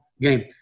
game